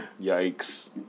Yikes